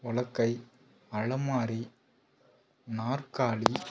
உலக்கை அலமாரி நாற்காலி